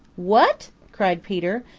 what! cried peter,